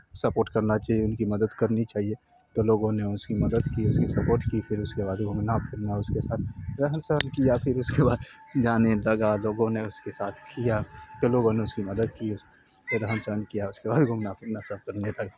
support کرنا چاہئے ان کی مدد کرنی چاہیے تو لوگوں نے اس کی مدد کی اس کی سپوٹ کی پھر اس کے بعد گھومنا پھرنا اس کے ساتھ رہن سہن کیا پھر اس کے بعد جانے لگا لوگوں نے اس کے ساتھ کیا تو لوگوں نے اس کی مدد کی اس پہ رہن سہن کیا اس کے بعد گھومنا پھرنا سب کرنے